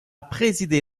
présidé